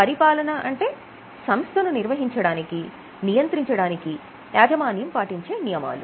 పరిపాలన అంటే సంస్థను నిర్వహించడానికి నియంత్రించడానికి యాజమాన్యం పాటించే నియమాలు